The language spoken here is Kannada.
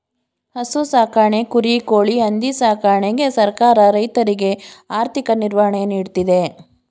ಹಸು ಸಾಕಣೆ, ಕುರಿ, ಕೋಳಿ, ಹಂದಿ ಸಾಕಣೆಗೆ ಸರ್ಕಾರ ರೈತರಿಗೆ ಆರ್ಥಿಕ ನಿರ್ವಹಣೆ ನೀಡ್ತಿದೆ